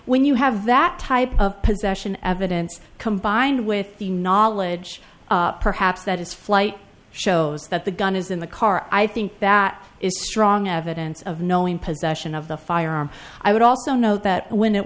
when you have that type of possession evidence combined with the knowledge perhaps that is flight shows that the gun is in the car i think that is strong evidence of knowing possession of the firearm i would also note that when it